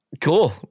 cool